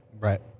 Right